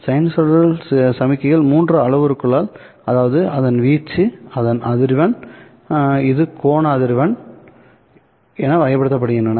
sinusoidal சமிக்ஞைகள் மூன்று அளவுருக்களால் அதாவது அதன் வீச்சு A அதன் அதிர்வெண் ω இது கோண அதிர்வெண் என வகைப்படுத்தப்படுகின்றன